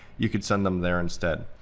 you could send them there instead.